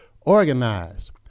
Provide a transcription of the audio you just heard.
organize